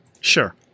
sure